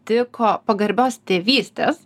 tiko pagarbios tėvystės